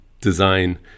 design